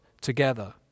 together